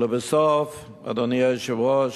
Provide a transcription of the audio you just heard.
לבסוף, אדוני היושב-ראש,